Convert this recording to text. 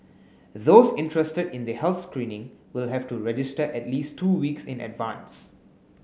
those interested in the health screening will have to register at least two weeks in advance